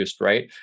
right